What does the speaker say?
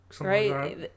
right